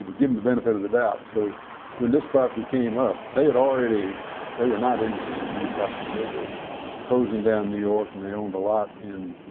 would give him the benefit of the doubt. so when this property came up they had already they were not interested in new property. they were closing down new york and they owned a lot in